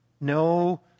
no